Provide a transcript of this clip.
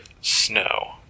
snow